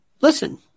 Listen